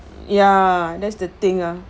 ya that's the thing ah